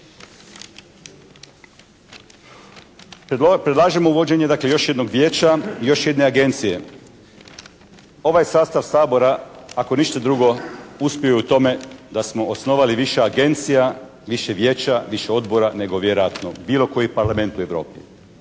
Predlažem uvođenje dakle još jednog vijeća i još jedne agencije. Ovaj sastav Sabora ako ništa drugo uspio je u tome da smo osnovali više agencija, više vijeća, više odbora nego vjerojatno bilo koji Parlament u Europi.